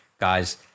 guys